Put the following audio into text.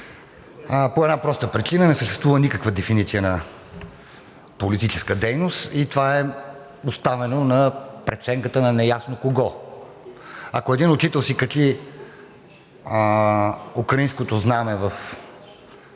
по една проста причина – не съществува никаква дефиниция на политическа дейност и това е оставено на преценката неясно на кого? Ако един учител си качи украинското знаме в профила